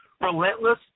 relentless